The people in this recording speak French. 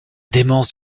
démence